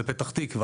לפתח תקווה,